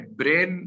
brain